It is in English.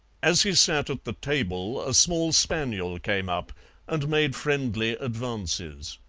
as he sat at the table a small spaniel came up and made friendly advances.